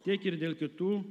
tiek ir dėl kitų